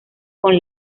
con